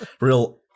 real